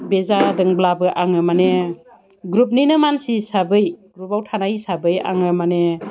बे जादोंब्लाबो आङो माने ग्रुपनिनो मानसि हिसाबै ग्रुपआव थानाय हिसाबै आङो माने